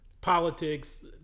politics